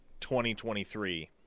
2023